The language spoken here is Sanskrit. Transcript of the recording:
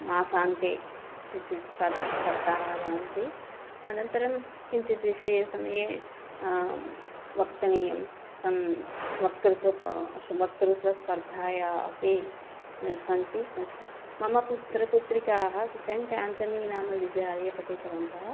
मासान्ते इति स्पर्धा स्पर्धाः भवन्ति अनन्तरं किञ्चित् विषये समये वचनीयं सः वक्तृत्वं प वक्तृत्वस्पर्धायाम् अपि सन्ति तत् मम पुत्रिकाः पुत्रिकाः सेण्ट् आन्तनी नाम विद्यालये पठितवन्तः